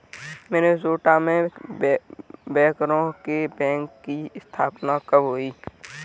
Minnesota में बैंकरों के बैंक की स्थापना कब हुई थी?